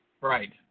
Right